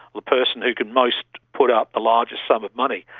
the person who can most put up the largest sum of money.